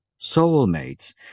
soulmates